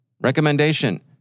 Recommendation